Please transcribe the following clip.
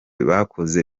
bakoze